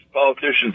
Politicians